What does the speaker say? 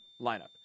lineup